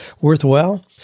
worthwhile